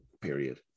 period